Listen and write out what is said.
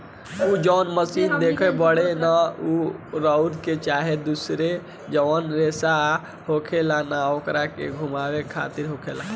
उ जौन मशीन देखत बाड़े न उ रुई के चाहे दुसर जौन रेसा होखेला न ओकरे के घुमावे खातिर होखेला